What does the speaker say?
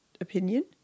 opinion